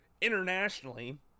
internationally